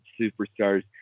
superstars